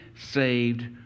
saved